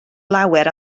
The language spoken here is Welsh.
lawer